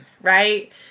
right